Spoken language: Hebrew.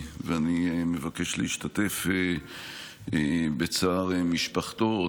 ואני מבקש להשתתף בצער משפחתו,